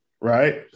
right